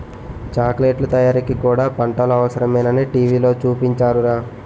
చాకిలెట్లు తయారీకి కూడా పంటలు అవసరమేనని టీ.వి లో చూపించారురా